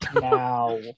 now